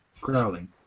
growling